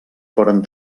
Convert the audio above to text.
foren